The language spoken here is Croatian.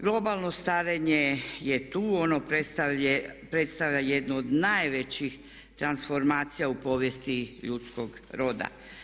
Globalno starenje je tu, ono predstavlja jednu od najvećih transformacija u povijesti ljudskog roda.